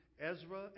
Ezra